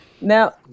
Now